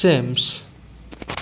सेमिस